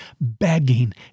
begging